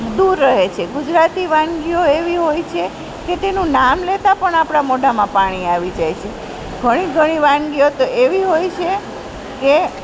દૂર રહે છે ગુજરાતી વાનગીઓ એવી હોય છે કે તેનું નામ લેતાં પણ આપણાં મોઢામાં પાણી આવી જાય છે ઘણી ઘણી વાનગીઓ તો એવી હોય છે કે